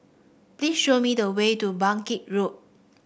please show me the way to Bangkit Road